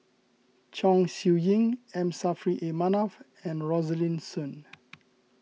Chong Siew Ying M Saffri A Manaf and Rosaline Soon